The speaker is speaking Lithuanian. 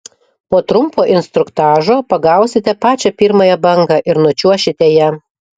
po trumpo instruktažo pagausite pačią pirmąją bangą ir nučiuošite ja